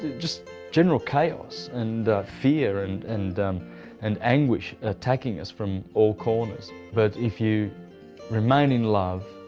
just general chaos and fear, and and um and anguish attacking us from all corners, but if you remain in love,